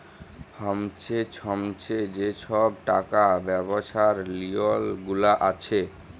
ছময়ে ছময়ে যে ছব টাকা ব্যবছার লিওল গুলা আসে